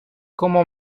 como